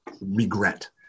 regret